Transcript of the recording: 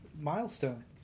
Milestone